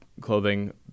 clothing